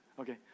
Okay